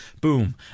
boom